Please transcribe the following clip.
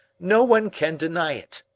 no one can deny it.